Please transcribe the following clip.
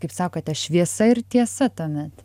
kaip sakote šviesa ir tiesa tuomet